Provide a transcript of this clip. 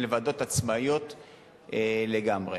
אלה ועדות עצמאיות לגמרי.